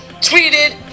tweeted